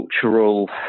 cultural